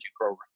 program